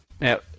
Now